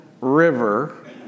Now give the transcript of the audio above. river